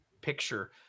picture